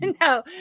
No